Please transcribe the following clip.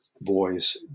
boys